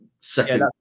second